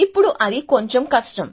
ఇప్పుడు అది కొంచెం కష్టం